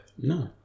No